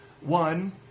One